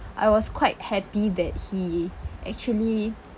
I was quite happy that he actually